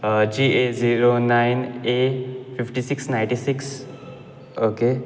G A zero nine a fifty six ninety six okay